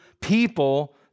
people